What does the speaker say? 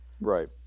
Right